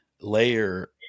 layer